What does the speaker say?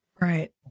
Right